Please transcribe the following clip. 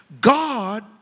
God